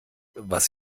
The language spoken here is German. was